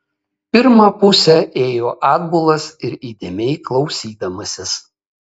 pirmą pusę ėjo atbulas ir įdėmiai klausydamasis